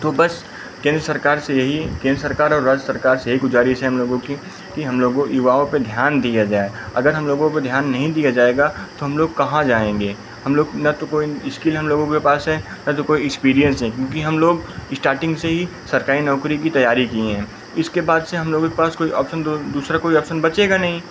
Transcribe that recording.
तो बस केंद्र सरकार से यही केंद्र सरकार और राज्य सरकार से यही गुज़ारिश है हम लोगों की कि हम लोगों युवाओं पर ध्यान दिया जाए अगर हम लोगों पर ध्यान नहीं दिया जाएगा तो हम लोग कहाँ जाएंगे हम लोग ना तो कोई इस्किल हम लोगों के पास है ना तो कोई इस्पीरियंस है क्योंकि हम लोग इस्टार्टिंग से ही सरकारी नौकरी की तैयारी किए हैं इसके बाद से हम लोगों के पास से कोई ऑप्शन द दूसरा कोई अप्शन बचेगा नहीं